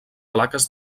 plaques